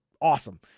awesome